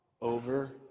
over